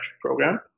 program